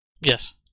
Yes